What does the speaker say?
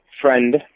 friend